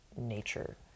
nature